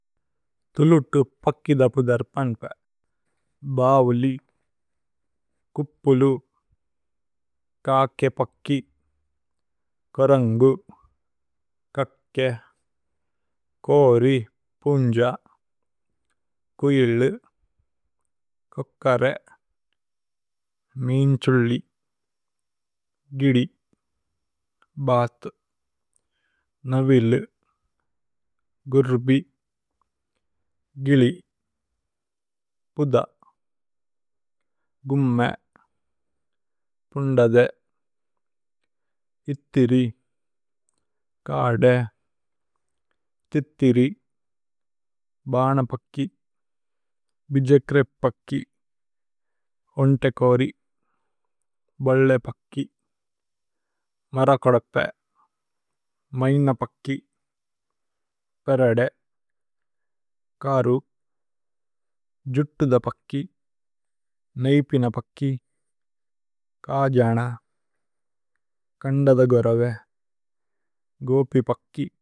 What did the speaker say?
ṭഉലുṭഉ പക്കി ധപു ധര്പന്പ്ē ബൌലി, കുപ്പുലു। കകേ പക്കി, കോരന്ഗു, കക്കേ, ക്ōരി, പുന്ജ। കുജ്ല്ലു, കോക്കരേ, മിന് ഛുല്ലി, ഗിദി, ബഥു। നവിലു, ഗുര്ബി, ഗിലി, പുധ, ഗുമ്മേ, പുന്ദധേ। ഇത്ഥിരി, കദേ, തിത്ഥിരി, ബന പക്കി, ബിജേക്രേ। പക്കി, ഓന്തേകോരി, ബല്ലേ പക്കി, മരകോദപ്പേ। മൈന പക്കി, പേരദേ, കരു, ജുത്തു ദ പക്കി। നേഇപിന പക്കി, കജന, കന്ദദ ഗുരവേ, ഗോപി പക്കി।